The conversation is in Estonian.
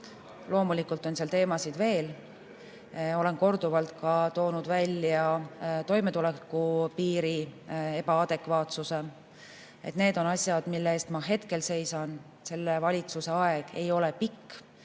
Loomulikult on teemasid veel. Olen korduvalt ka välja toonud toimetulekupiiri ebaadekvaatsuse. Need on asjad, mille eest ma hetkel seisan. Selle valitsuse aeg ei ole pikk,